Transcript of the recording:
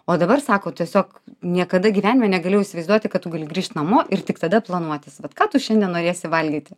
o dabar sako tiesiog niekada gyvenime negalėjau įsivaizduoti kad tu gali grįžt namo ir tik tada planuotis vat ką tu šiandien norėsi valgyti